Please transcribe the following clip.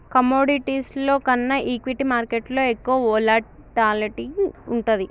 కమోడిటీస్లో కన్నా ఈక్విటీ మార్కెట్టులో ఎక్కువ వోలటాలిటీ వుంటది